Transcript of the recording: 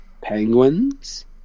penguins